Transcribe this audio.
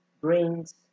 brings